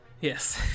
Yes